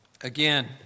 Again